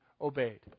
Obeyed